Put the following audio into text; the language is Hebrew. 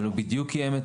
אבל הוא בדיוק קיים,